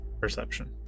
perception